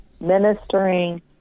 ministering